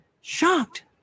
Shocked